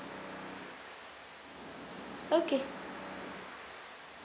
okay